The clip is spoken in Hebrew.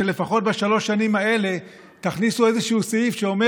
לפחות בשלוש השנים האלה תכניסו איזה סעיף שאומר